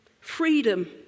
Freedom